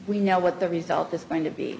we know what the result is going to be